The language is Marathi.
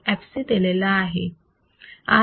तर fc दिलेला आहे